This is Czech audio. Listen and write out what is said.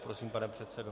Prosím, pane předsedo. .